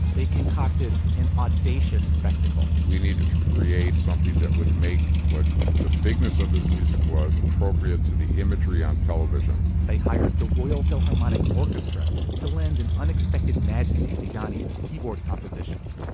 they concocted an audacious spectacle we needed to create something that would make what the bigness of his music was appropriate to the imagery on television they hired the royal philharmonic orchestra to lend an unexpected majesty to yanni's keyboard compositions,